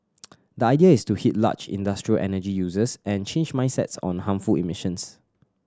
the idea is to hit large industrial energy users and change mindsets on harmful emissions